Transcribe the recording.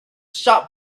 shop